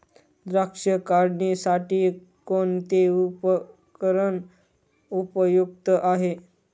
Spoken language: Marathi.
द्राक्ष काढणीसाठी कोणते उपकरण उपयुक्त आहे?